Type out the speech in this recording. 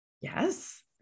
Yes